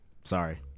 Sorry